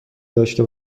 داشته